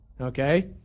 Okay